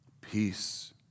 peace